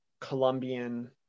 Colombian